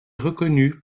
reconnu